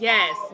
Yes